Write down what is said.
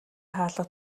хаалга